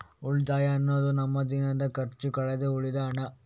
ಉಳಿತಾಯ ಅನ್ನುದು ನಮ್ಮ ದಿನದ ಖರ್ಚು ಕಳೆದು ಉಳಿದ ಹಣ